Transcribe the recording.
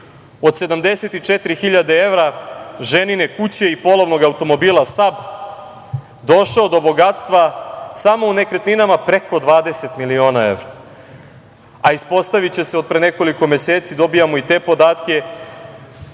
od 74.000 evra ženine kuće i polovnog automobila „Sab“ došao do bogatstva samo u nekretninama preko 20 miliona evra, a ispostaviće se od pre nekoliko meseci, dobijamo i te podatke,